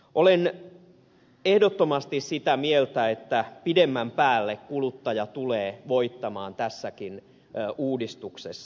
olen ehdottomasti sitä mieltä että pidemmän päälle kuluttaja tulee voittamaan tässäkin uudistuksessa